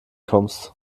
kommst